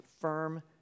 firm